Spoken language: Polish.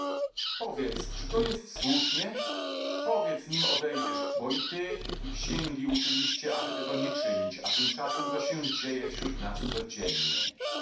powiedz czy to jest słusznie powiedz nim odejdziesz bo i ty i księgi uczyliście aby tego nie czynić a tymczasem to się dzieje wśród nas codziennie